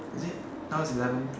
is it now is eleven